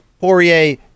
Poirier